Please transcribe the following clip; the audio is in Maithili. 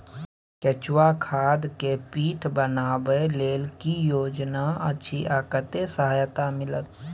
केचुआ खाद के पीट बनाबै लेल की योजना अछि आ कतेक सहायता मिलत?